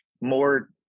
more